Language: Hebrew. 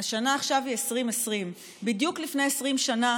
השנה עכשיו היא 2020. בדיוק לפני 20 שנה